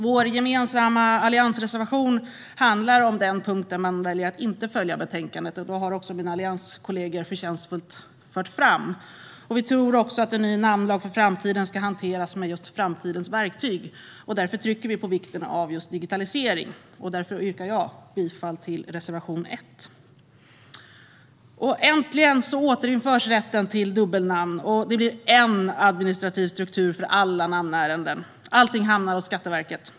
Vår gemensamma alliansreservation handlar om den punkt där man väljer att inte följa förslaget i betänkandet, vilket mina allianskollegor förtjänstfullt har fört fram. Vi tror också att en ny namnlag för framtiden ska hanteras med just framtidens verktyg, och därför trycker vi på vikten av digitalisering. Jag yrkar bifall till reservation 1. Äntligen återinförs rätten till dubbelnamn, och det blir en administrativ struktur för alla namnärenden. Allting hamnar hos Skatteverket.